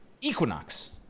Equinox